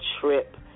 trip